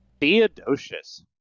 Theodosius